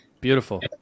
beautiful